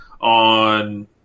on